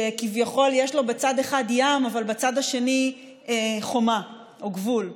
שכביכול יש לו בצד אחד ים אבל בצד השני חומה או גבול.